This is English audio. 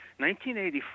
1984